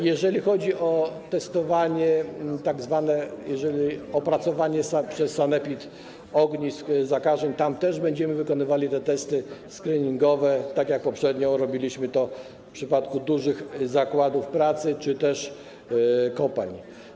Jeżeli chodzi o testowanie, opracowanie przez sanepid ognisk zakażeń, tam też będziemy wykonywali testy skriningowe, tak jak poprzednio robiliśmy to w przypadku dużych zakładów pracy czy też kopalń.